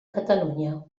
catalunya